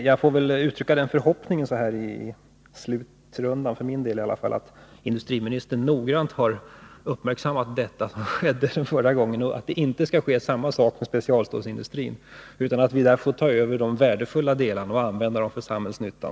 Jag får väl uttrycka den förhoppningen så här i slutrundan att industriministern noggrant har uppmärksammat vad som då skedde, så att samma sak inte sker med specialstålsindustrin, utan att staten där får ta över de värdefulla delarna och använda dem för samhällsnyttan.